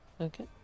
Okay